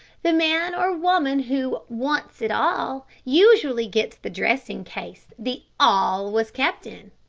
the man or woman who wants it all usually gets the dressing-case the all was kept in.